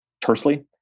tersely